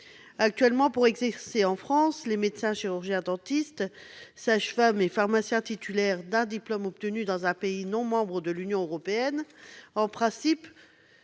Actuellement, pour exercer en France, les médecins, chirurgiens-dentistes, sages-femmes et pharmaciens titulaires d'un diplôme obtenu dans un pays non membre de l'Union européenne doivent, en principe,